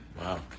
Wow